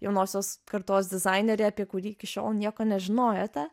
jaunosios kartos dizainerį apie kurį iki šiol nieko nežinojote